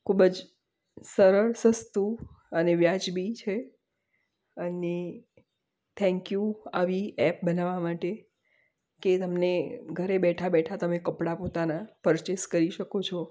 ખૂબ જ સરળ સસ્તું અને વ્યાજબી છે અને થેન્કયૂ આવી એપ બનાવવા માટે કે તમને ઘરે બેઠાં બેઠાં તમે કપડાં પોતાનાં પરચેસ કરી શકો છો